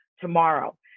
tomorrow